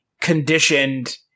conditioned